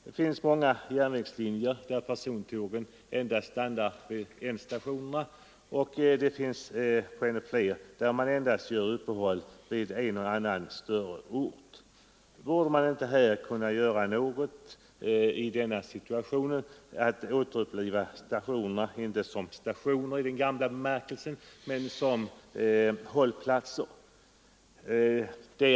Det finns många järnvägslinjer där persontågen endast stannar vid ändstationerna, och det finns ännu fler där man endast gör uppehåll vid en och annan större ort. Borde man inte i denna situation kunna göra något för att återuppliva stationerna, inte som stationer i den gamla bemärkelsen men som hållplatser?